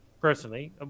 personally